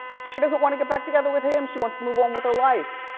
she doesn't wanna get back together with him, she wants to move on with her life.